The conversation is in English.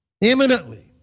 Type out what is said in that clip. imminently